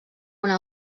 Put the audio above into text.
una